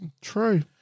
True